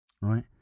Right